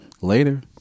Later